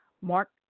Mark